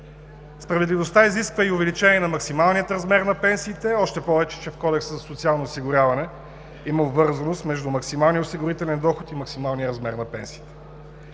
Справедливостта изисква и увеличение на максималния размер на пенсиите, още повече че в Кодекса за социално осигуряване има обвързаност между максималния осигурителен доход и максималния размер на пенсиите.